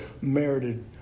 merited